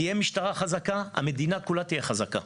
אם תהיה משטרה חזקה, המדינה כולה תהיה חזקה,